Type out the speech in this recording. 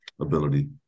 ability